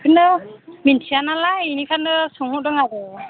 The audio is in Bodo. बेखौनो मिथिया नालाय बेखौनो सोंहरदों आरो